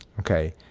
okay.